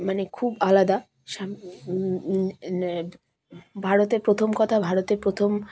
মানে খুব আলাদা ভারতের প্রথম কথা ভারতের প্রথম